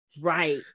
Right